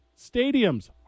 stadiums